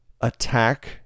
attack